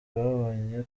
babonye